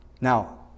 Now